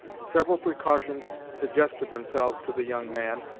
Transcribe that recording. several precautions suggested themselves to the young man,